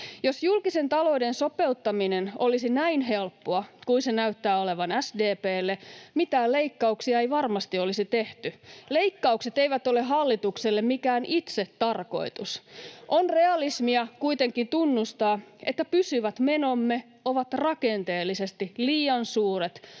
Jos julkisen talouden sopeuttaminen olisi näin helppoa kuin se näyttää olevan SDP:lle, mitään leikkauksia ei varmasti olisi tehty. Leikkaukset eivät ole hallitukselle mikään itsetarkoitus. On realismia kuitenkin tunnustaa, että pysyvät menomme ovat rakenteellisesti liian suuret